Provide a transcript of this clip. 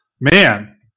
Man